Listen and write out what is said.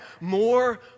more